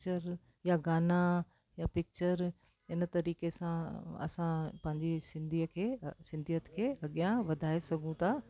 picture या गाना या पिचर हिन तरीक़े सां असां पंहिंजी सिंधीअ खे सिंधीअत खे अॻियां वधाए सघूं था